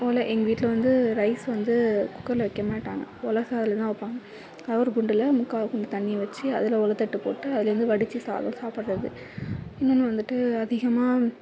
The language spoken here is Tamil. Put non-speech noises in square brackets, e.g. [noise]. ஒலை எங்கள் வீட்டில வந்து ரைஸ் வந்து குக்கர்ல வைக்க மாட்டாங்கள் ஒலை [unintelligible] வைப்பாங்க அதை ஒரு குண்டில் முக்கால் குண்டு தண்ணியை வச்சு அதில் ஒலை தட்டு போட்டு அதிலேந்து வடித்து சாதம் சாப்பிட்றது இன்னொன்னு வந்துட்டு அதிகமாக